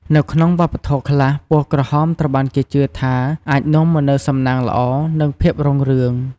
នៅក្នុងវប្បធម៌ខ្លះ ពណ៌ក្រហមត្រូវបានគេជឿថាអាចនាំមកនូវសំណាងល្អ និងភាពរុងរឿង។